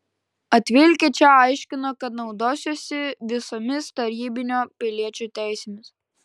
atvilkę čia aiškino kad naudosiuosi visomis tarybinio piliečio teisėmis